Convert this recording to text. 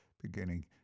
Beginning